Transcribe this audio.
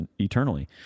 eternally